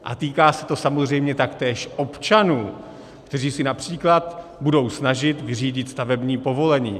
A týká se to samozřejmě taktéž občanů, kteří si například budou snažit vyřídit stavební povolení.